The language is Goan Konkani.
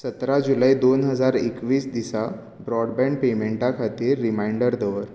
सतरा जुलय दोन हजार एकवीस दिसा ब्रॉडबँड पेमेंटा खातीर रिमांयडर दवर